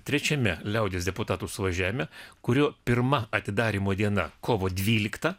trečiame liaudies deputatų suvažiavime kurio pirma atidarymo diena kovo dvylikta